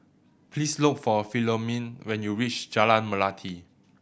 please look for Philomene when you reach Jalan Melati